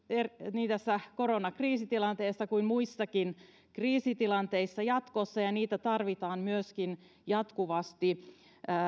niin tässä koronakriisitilanteessa kuin muissakin kriisitilanteissa jatkossa ja niitä tarvitaan myöskin jatkuvasti